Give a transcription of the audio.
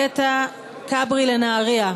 קטע כברי לנהריה.